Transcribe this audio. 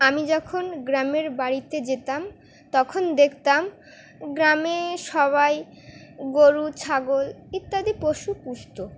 আমি যখন গ্রামের বাড়িতে যেতাম তখন দেখতাম গ্রামে সবাই গরু ছাগল ইত্যাদি পশু পুষত